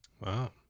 Wow